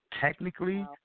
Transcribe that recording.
Technically